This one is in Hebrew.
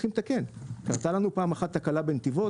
לתקן: קרתה לנו פעם אחת תקלה בנתיבות.